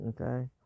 Okay